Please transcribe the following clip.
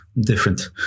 different